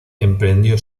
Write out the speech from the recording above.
emprendió